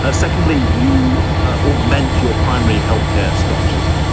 ah secondly, you ah augment your primary health care structures.